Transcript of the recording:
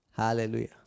Hallelujah